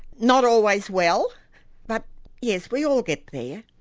not always well but yes, we all get there,